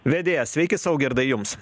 vedėjas sveiki saugirdai jums